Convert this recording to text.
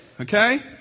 okay